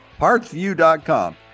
partsview.com